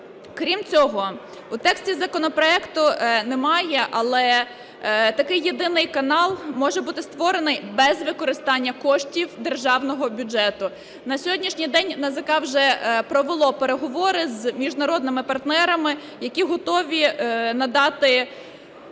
Крім цього, у тексті законопроекту немає, але такий єдиний канал може бути створений без використання коштів державного бюджету. На сьогоднішній день НАЗК вже провело переговори з міжнародними партнерами, які готові надати